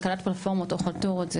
כלכלת פרופורמות או חלטורות,